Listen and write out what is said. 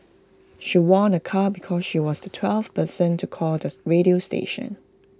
she won A car because she was the twelfth person to call the radio station